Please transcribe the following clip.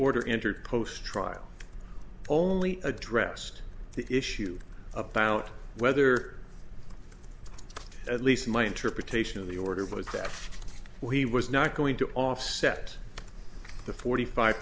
order entered post trial only addressed the issue about whether at least my interpretation of the order was that he was not going to offset the forty five